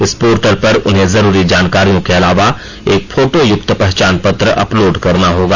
इस पोर्टल पर उन्हें जरूरी जानकारियों के अलावा एक फोटो युक्त पहचान पत्र अपलोड करना होगा